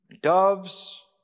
doves